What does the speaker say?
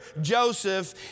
Joseph